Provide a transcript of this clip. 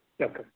Okay